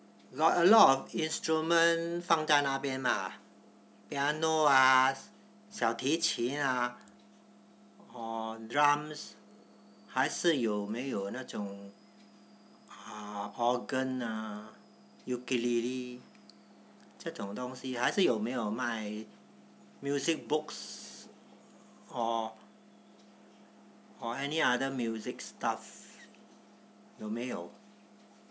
got a lot of instruments 放在那边 ah piano ah 小提琴 ah or drums 还是有没有那种 ah organ ah ukulele 这种东西还是有没有卖 music books or or any other music stuffs 有没有